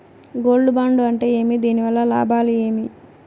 Gold bond అంటే ఏమి? దీని వల్ల లాభాలు ఏమి?